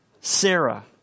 Sarah